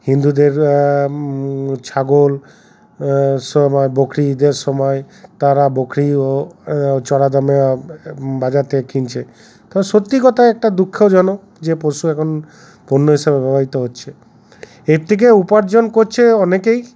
হিন্দুদের ছাগল সব বকরি ঈদের সময় তারা বকরিও চড়া দামে বাজার থেকে কিনছে কারণ সত্যি কথাই একটা দুঃখজনক যে পশু এখন পণ্য হিসাবে ব্যবহৃত হচ্ছে এর থেকে উপার্জন করছে অনেকেই